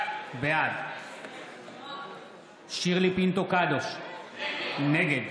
בעד שירלי פינטו קדוש, נגד